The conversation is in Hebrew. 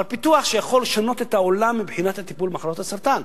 אבל פיתוח שיכול לשנות את העולם מבחינת הטיפול במחלות הסרטן.